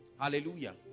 Hallelujah